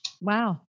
Wow